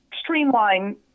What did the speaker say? streamline